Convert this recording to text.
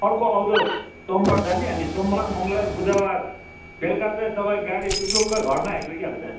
अर्को आउँदो सोमवार जाने अनि सोमवार मङ्गलवार बुधवार बेलुका चाहिँ तपाईँको गाडी टुपलुक्कै घरमै आइ पुगिहाल्छ